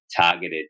targeted